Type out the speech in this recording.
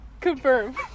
Confirm